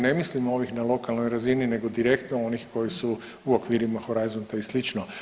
Ne mislim ovih na lokalnoj razini nego direktno onih koji su u okvirima Horajzonta i slično.